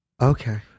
okay